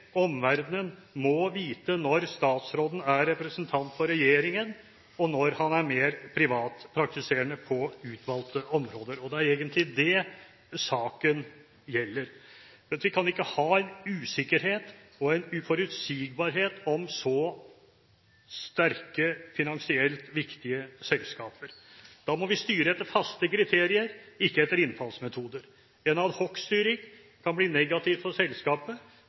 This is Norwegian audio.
omverdenen må vite når statsråden er representant for regjeringen, og når han er mer privatpraktiserende på utvalgte områder. Det er egentlig det saken gjelder. Vi kan ikke ha en usikkerhet og en uforutsigbarhet om så sterke, finansielt viktige selskaper. Vi må styre etter faste kriterier, ikke etter innfallsmetoder. En adhocstyring kan bli negativt for selskapet,